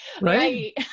Right